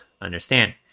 understand